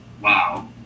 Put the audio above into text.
wow